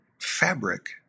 fabric